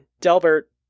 Delbert